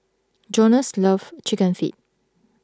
Jonas loves Chicken Feet